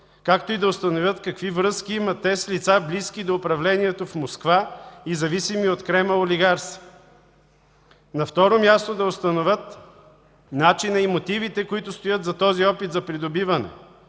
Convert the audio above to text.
както и да установят какви връзки имат те с лица, близки до управлението в Москва и зависими от Кремъл олигарси. На второ място, да установят начина и мотивите, които стоят за този опит за придобиване,